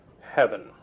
heaven